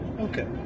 Okay